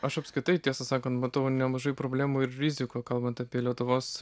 aš apskritai tiesą sakant matau nemažai problemų ir rizikų kalbant apie lietuvos